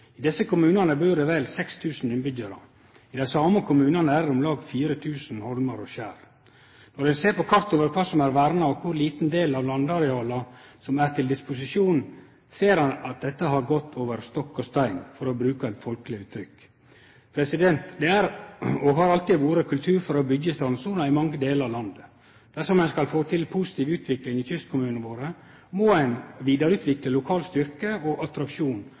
I desse kommunane bur det vel 6 000 innbyggjarar. I dei same kommunane er det om lag 4 000 holmar og skjer. Når ein ser på kart over kva som er verna og kor liten del av landareala som er til disposisjon, ser ein at dette har gått over stokk og stein, for å bruke eit folkeleg uttrykk. Det er, og har alltid vore, kultur for å byggje i strandsona i mange delar av landet. Dersom ein skal få til ei positiv utvikling i kystkommunane, må ein vidareutvikle lokal styrke og attraksjon,